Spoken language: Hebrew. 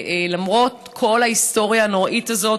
למרות כל ההיסטוריה הנוראית הזאת,